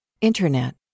internet